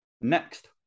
Next